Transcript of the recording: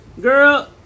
girl